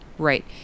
Right